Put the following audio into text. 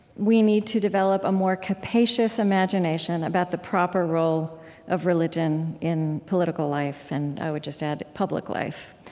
we need to develop a more capacious imagination about the proper role of religion in political life, and i would just add, public life.